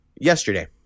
Yesterday